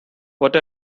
what